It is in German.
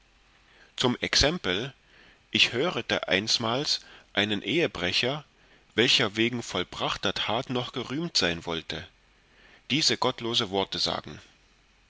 zum exempel ich hörete einsmals einen ehebrecher welcher wegen vollbrachter tat noch gerühmt sein wollte diese gottlose worte sagen